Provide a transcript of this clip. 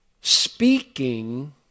speaking